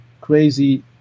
crazy